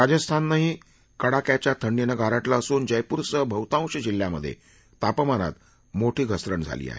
राजस्थानंही कडाक्याच्या थंडीनं गारठलं असून जयपूरसह बहुतांश जिल्ह्यांमधे तापमानात मोठी घसरण झाली आहे